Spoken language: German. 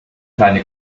kleine